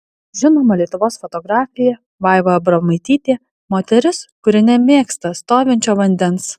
žinoma lietuvos fotografė vaiva abromaitytė moteris kuri nemėgsta stovinčio vandens